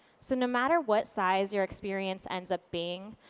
so no matter what size your experience ends up being,